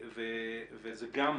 וזה גם,